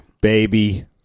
baby